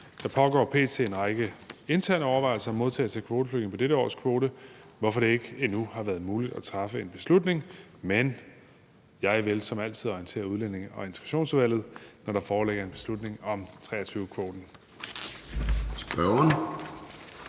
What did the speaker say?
Der pågår p.t. en række interne overvejelser om modtagelse af kvoteflygtninge på dette års kvote, hvorfor det endnu ikke har været muligt at træffe en beslutning. Men jeg vil som altid orientere Udlændinge- og Integrationsudvalget, når der foreligger en beslutning om kvoten